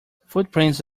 footprints